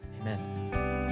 Amen